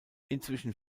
inzwischen